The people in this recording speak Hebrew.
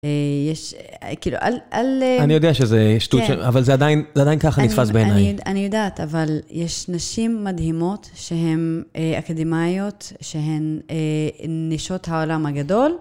יש, כאילו, אל... אני יודע שזה שטות של, אבל זה עדיין ככה נתפס בעיניי. אני יודעת, אבל יש נשים מדהימות שהן אקדמאיות, שהן נשות העולם הגדול.